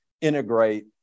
integrate